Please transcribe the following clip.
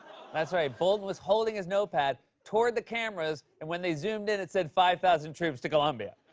that's right. bolton was holding his notepad toward the cameras, and when they zoomed in, it said five thousand troops to colombia.